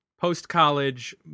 post-college